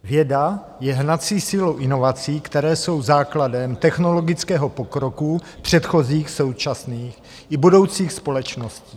Věda je hnací silou inovací, které jsou základem technologického pokroku předchozích, současných i budoucích společností.